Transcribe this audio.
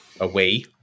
Away